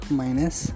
minus